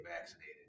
vaccinated